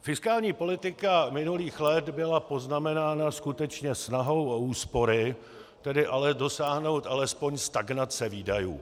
Fiskální politika minulých let byla poznamenána skutečně snahou o úspory, tedy ale dosáhnout alespoň stagnace výdajů.